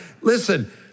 Listen